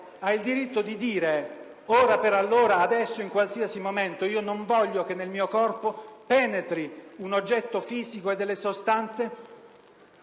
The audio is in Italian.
ha il diritto di dire, ora per allora, adesso e in qualsiasi momento, che non vuole che nel suo corpo penetri un oggetto fisico o sostanze